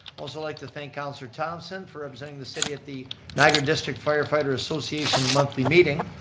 also like to thank councillor thomson for representing the city at the niagara district firefighter association monthly meeting.